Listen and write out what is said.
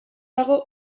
dago